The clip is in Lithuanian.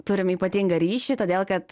turim ypatingą ryšį todėl kad